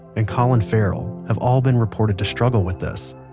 and colin farrell have all been reported to struggle with this.